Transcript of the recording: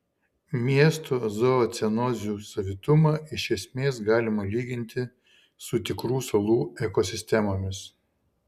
miesto zoocenozių savitumą iš esmės galima lyginti su tikrų salų ekosistemomis